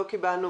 לא קיבלנו.